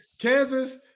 Kansas